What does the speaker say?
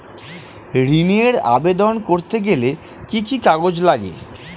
ঋণের আবেদন করতে গেলে কি কি কাগজ লাগে?